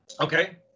Okay